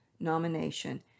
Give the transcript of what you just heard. nomination